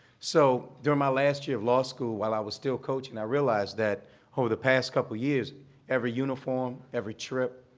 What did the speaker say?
so during my last year of law school while i was still coaching, i realized that over the past couple years every uniform, every trip,